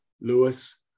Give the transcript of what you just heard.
lewis